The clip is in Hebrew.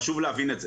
חשוב להבין את זה.